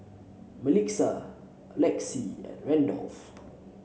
Melissa Lexie and Randolf